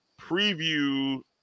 preview